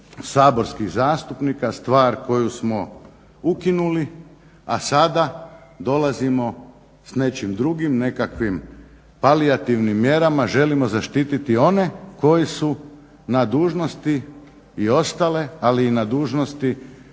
saborskih zastupnika stvar koju smo ukinuli, a sada dolazimo s nečim drugim, nekakvim palijativnim mjerama, želimo zaštiti one koji su na dužnosti, i ostale, ali i na dužnosti